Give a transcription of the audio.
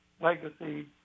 legacy